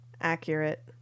Accurate